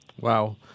Wow